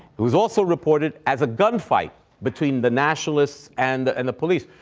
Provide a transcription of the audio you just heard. it was also reported as a gunfight between the nationalists and the and the police,